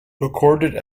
recorded